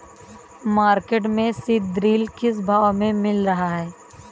Market में सीद्रिल किस भाव में मिल रहा है?